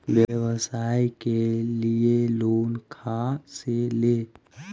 व्यवसाय के लिये लोन खा से ले?